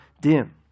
dim